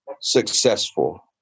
successful